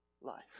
life